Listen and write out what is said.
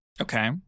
Okay